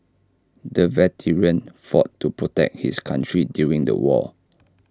the veteran fought to protect his country during the war